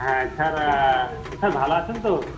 হ্যাঁ sir sir ভালো আছেন তো